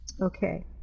Okay